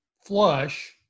flush